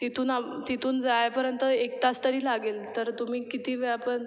तिथून आ तिथून जायपर्यंत एक तास तरी लागेल तर तुम्ही किती वेळापर्यंत